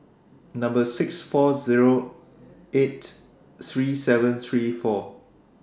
six four Zero eight three seven three four